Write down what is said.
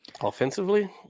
offensively